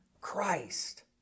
Christ